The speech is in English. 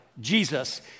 Jesus